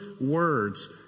words